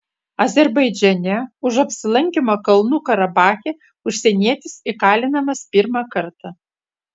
azerbaidžane už apsilankymą kalnų karabache užsienietis įkalinamas pirmą kartą